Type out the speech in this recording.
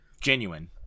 genuine